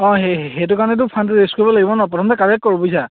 অঁ সেই সেইটো কাৰণেটো ফাণ্ডটো ৰিলিজ কৰিব লাগিব নহ্ প্ৰথমতে কালেক্ট কৰোঁ বুইচা